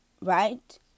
right